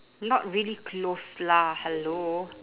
not really close lah hello